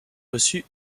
reçu